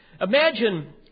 Imagine